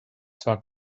zwar